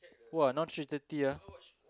!wah! now three thirty ah